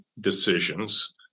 decisions